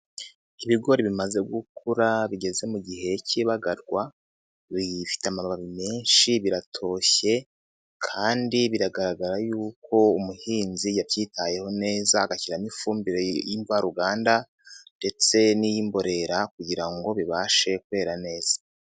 lbigori bimaze gukura bigeze mu gihe k'ibagarwa, biyifite amababi menshi biratoshye kandi biragaragara y'uko umuhinzi yabyitayeho neza agashyiramo ifumbire mvaruganda, ndetse n'imborera kugira ngo bibashe kwera neza.